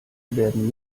werden